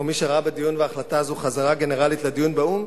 או מי שראה בדיון והחלטה זו חזרה גנרלית לדיון באו"ם,